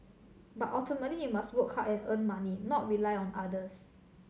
but ultimately you must work hard and earn money not rely on others